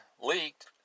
leaked